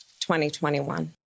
2021